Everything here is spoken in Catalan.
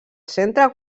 centre